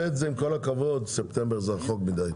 כל הכבוד, ספטמבר זה רחוק מדיי.